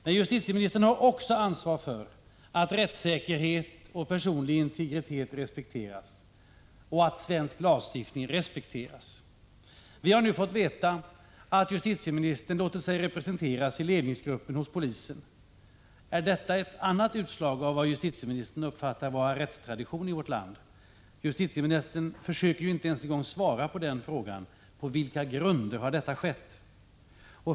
Men justitieministern har också ansvaret för att rättssäkerhet och personlig integritet respekteras samt att svensk lagstiftning respekteras. Vi har nu fått veta att justitieministern låter sig representeras i ledningsgruppen hos polisen. Är detta ett annat utslag av vad justitieministern uppfattar vara en rättstradition i Sverige? Justitieministern försöker inte ens svara på frågan på vilka grunder detta sker.